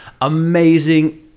amazing